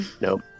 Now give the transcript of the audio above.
nope